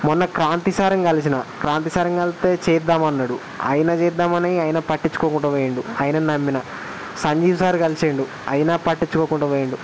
మొన్న క్రాంతి సార్ని కలిసిన క్రాంతి సార్ని కలిస్తే చేద్దామని అన్నాడు ఆయన చేద్దామని ఆయన పట్టించుకోకుండా పోయాడు ఆయనను నమ్మిన సంజీవ్ సార్ కలిసాడు ఆయన పట్టించుకోకుండా పోయాడు